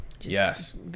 yes